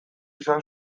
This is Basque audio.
izan